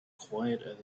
quiet